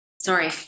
Sorry